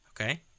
okay